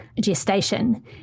gestation